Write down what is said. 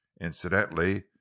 incidentally